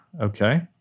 Okay